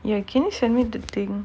you can you send me that thing